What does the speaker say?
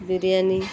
biriyani